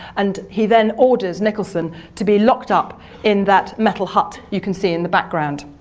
and he then orders nicholson to be locked up in that metal hut you can see in the background.